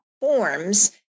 forms